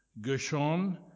Gershon